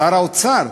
שר האוצר,